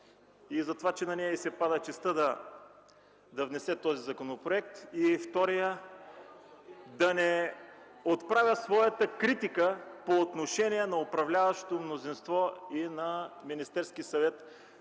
и за това, че на нея й се пада честта да внесе този законопроект. Второ, да не отправя своята критика по отношение на управляващото мнозинство и на Министерския съвет